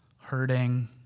hurting